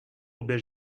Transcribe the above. obě